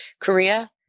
Korea